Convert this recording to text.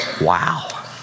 Wow